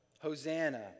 Hosanna